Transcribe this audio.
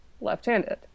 left-handed